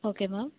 okay ma'am